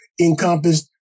encompassed